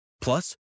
plus